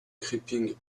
creeping